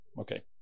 Okay